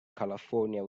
california